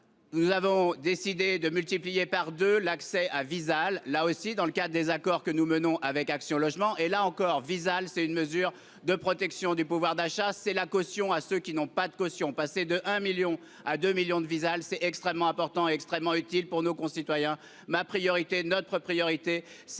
nous avons décidé de multiplier par deux l'accès à Visale, notamment dans le cadre des accords que nous avons avec Action Logement. Là encore, Visale est une mesure de protection du pouvoir d'achat : c'est la caution de ceux qui n'ont pas de caution. Passer de 1 à 2 millions de Visale est donc extrêmement important et extrêmement utile pour nos concitoyens. Notre priorité est